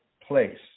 place